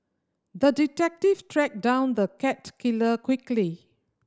the detective tracked down the cat killer quickly